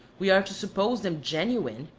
we are to suppose them genuine,